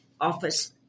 office